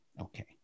Okay